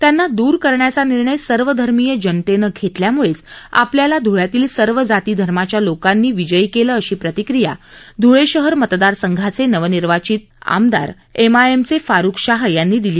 त्यांना द्र करण्याचा निर्णय सर्वधर्मीय जनतेने घेतल्यामुळेच आपल्याला ध्ळ्यातील सर्व जाती धर्माच्या लोकांनी आपल्याला विजयी केलं अशी प्रतिक्रिया धुळे शहर मतदारसंघाचे नवनिर्वाचित एमआयएमचे आमदार फारुख शाह यांनी आज दिली